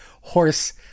horse